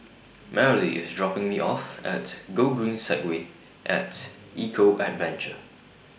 Marely IS dropping Me off At Gogreen Segway At Eco Adventure